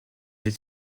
est